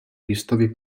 výstavy